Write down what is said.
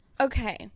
Okay